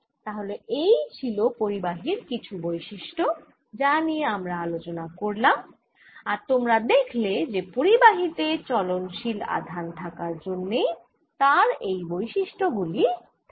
তাহলে এই ছিল পরিবাহীর কিছু বৈশিষ্ট্য যা নিয়ে আমরা আলোচনা করলাম আর তোমরা দেখলে যে পরিবাহী তে চলনশীল আধান থাকার জন্যই তার এই বৈশিষ্ট্য গুলি থাকে